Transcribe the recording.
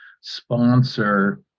sponsor